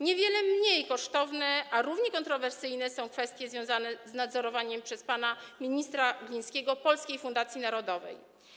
Niewiele mniej kosztowne, a równie kontrowersyjne, są kwestie związane z nadzorowaniem przez pana ministra Glińskiego Polskiej Fundacji Narodowej.